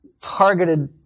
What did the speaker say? targeted